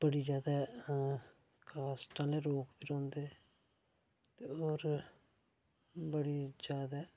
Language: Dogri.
बड़ी ज्यादा कास्ट आह्ले रौंह्दे ते होर बड़ी ज्यादा